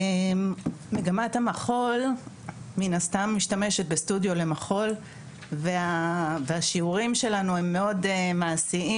מגמת המחול מן הסתם משתמשת בסטודיו למחול והשיעורים שלנו הם מאוד מעשיים